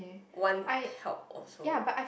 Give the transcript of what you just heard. want help also